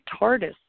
TARDIS